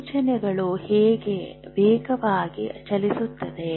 ಆಲೋಚನೆಗಳು ಹೇಗೆ ವೇಗವಾಗಿ ಚಲಿಸುತ್ತವೆ